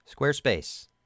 Squarespace